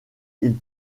ils